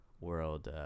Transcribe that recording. world